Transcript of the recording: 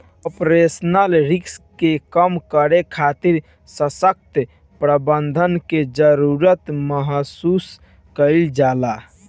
operational risk के कम करे खातिर ससक्त प्रबंधन के जरुरत महसूस कईल जाला